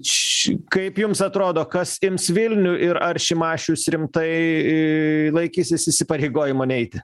ši kaip jums atrodo kas ims vilnių ir ar šimašius rimtai laikysis įsipareigojimo neiti